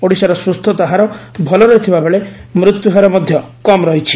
ଓଡିଶାର ସୁସ୍ଥତା ହାର ଭଲ ରହିଥିବାବେଳେ ମୃତ୍ୟୁହାର ମଧ୍ଧ କମ୍ ରହିଛି